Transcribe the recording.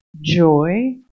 joy